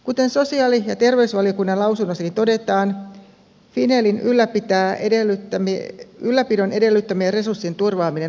kuten sosiaali ja terveysvaliokunnan lausunnossakin todetaan finelin ylläpidon edellyttämien resurssien turvaaminen on välttämätöntä